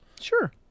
Sure